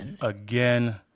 again